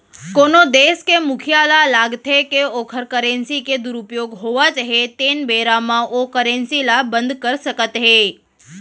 कोनो देस के मुखिया ल लागथे के ओखर करेंसी के दुरूपयोग होवत हे तेन बेरा म ओ करेंसी ल बंद कर सकत हे